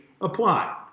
apply